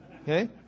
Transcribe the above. Okay